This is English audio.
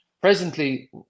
presently